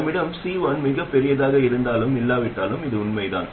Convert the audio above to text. நம்மிடம் C1 மிகப் பெரியதாக இருந்தாலும் இல்லாவிட்டாலும் இது உண்மைதான்